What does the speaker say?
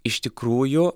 iš tikrųjų